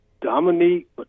Dominique